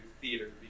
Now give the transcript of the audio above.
theater